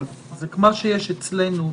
זה כמו שיש אצלנו.